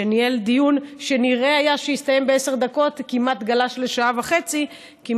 שניהל דיון שנראה היה שיסתיים בעשר דקות וגלש לשעה וחצי כמעט,